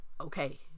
okay